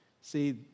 See